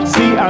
See